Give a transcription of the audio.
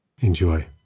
Enjoy